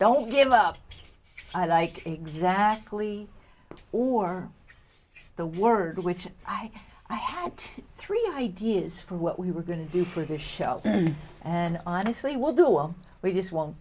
don't give up i like exactly or the word with i i had three ideas for what we were going to do for the show and honestly will do well we just won't